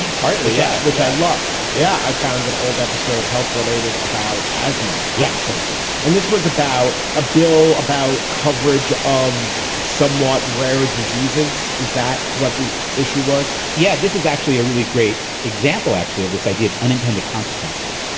partly at yeah which i loved yeah, i found an old episode health related about asthma. yeah. quincy. and this was about a bill about coverage of somewhat rare diseases. is that what the issue was? yeah. this is actually a really great example, actually, of this idea of unintended consequences.